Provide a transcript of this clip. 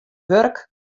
wurk